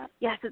yes